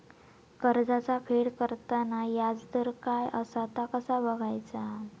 कर्जाचा फेड करताना याजदर काय असा ता कसा बगायचा?